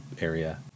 area